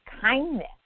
kindness